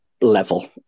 level